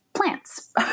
Plants